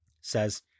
Says